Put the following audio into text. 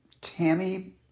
Tammy